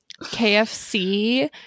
KFC